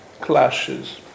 clashes